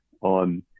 on